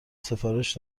سفارش